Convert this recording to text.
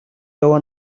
яваа